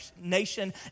nation